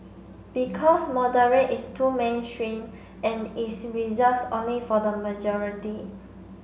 because moderate is too mainstream and is reserved only for the majority